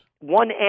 One